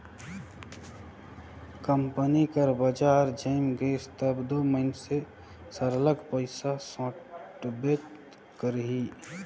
company कर बजार जइम गइस तब दो मइनसे सरलग पइसा सोंटबे करही